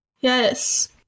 yes